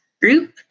group